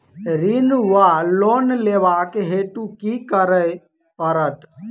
ऋण वा लोन लेबाक हेतु की करऽ पड़त?